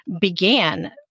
began